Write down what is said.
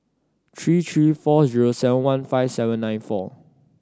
three three four zero seven one five seven nine four